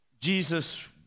Jesus